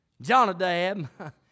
Jonadab